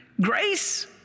grace